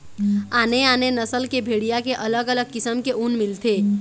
आने आने नसल के भेड़िया के अलग अलग किसम के ऊन मिलथे